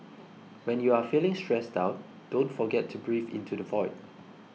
when you are feeling stressed out don't forget to breathe into the void